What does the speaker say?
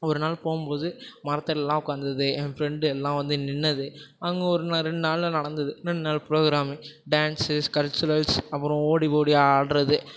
ஒரு நாள் போகும்போது மரத்தடிலலாம் உட்காந்தது ஏன் ஃப்ரெண்ட் எல்லாம் வந்து நின்னது அங்கே ஒரு நான் ரெண்டு நாளில் நடந்தது ரெண்டு நாள் ப்ரோக்ராமு டான்சஸ் கல்ச்சுரல்ஸ் அப்புறம் ஓடி ஓடி ஆடுறது